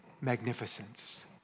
magnificence